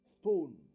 stone